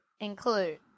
include